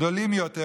גדולים יותר,